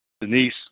Denise